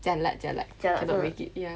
jialat jialat cannot make it ya